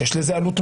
שיש לזה עלות,